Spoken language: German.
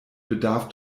bedarf